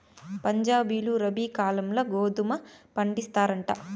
పంజాబీలు రబీ కాలంల గోధుమ పండిస్తారంట